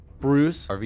Bruce